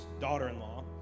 daughter-in-law